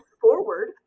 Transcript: forward